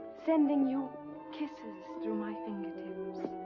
sending you kisses through my fingertips.